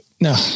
No